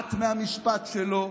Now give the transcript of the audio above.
מבועת מהמשפט שלו,